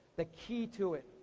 the key to it.